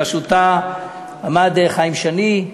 בראשותה עמד חיים שני,